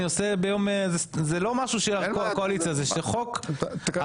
אני עושה ביום זה לא משהו ש --- הקואליציה זה חוק --- אתה